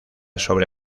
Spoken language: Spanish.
sobre